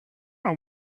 know